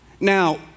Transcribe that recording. Now